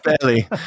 barely